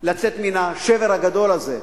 לצאת מן השבר הגדול הזה.